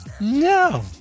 No